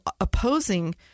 opposing